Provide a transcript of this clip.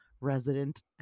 resident